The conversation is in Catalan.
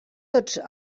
tots